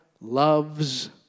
loves